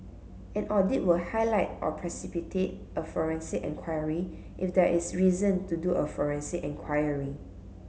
an audit will highlight or precipitate a forensic enquiry if there is reason to do a forensic enquiry